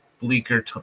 bleaker